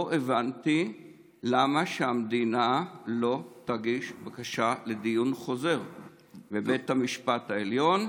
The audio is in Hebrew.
לא הבנתי למה שהמדינה לא תגיש בקשה לדיון חוזר בבית המשפט העליון.